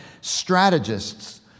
strategists